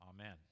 amen